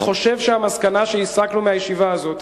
אני חושב שהמסקנה שהסקנו מהישיבה הזאת,